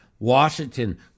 Washington